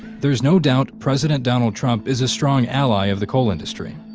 there is no doubt president donald trump is a strong ally of the coal industry.